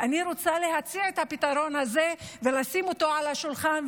ואני רוצה להציע את הפתרון הזה ולשים אותו על השולחן,